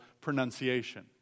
pronunciation